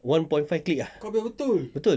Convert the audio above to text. one point five click ah betul